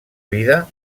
vida